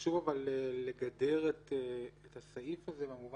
חשוב לגדר את הסעיף הזה ולומר